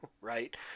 right